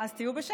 אז תהיו בשקט.